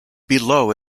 below